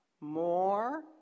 more